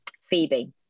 Phoebe